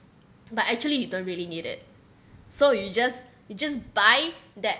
but actually you don't really need it so you just you just buy that